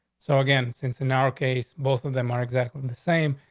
so again, since in our case, both of them are exactly the same,